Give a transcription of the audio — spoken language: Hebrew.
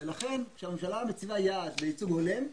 לכן כשהממשלה מציבה יעד לייצוג הולם,